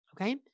Okay